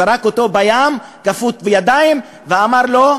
זרק אותו לים כפות בידיים ואמר לו: